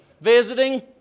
Visiting